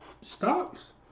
stocks